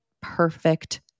perfect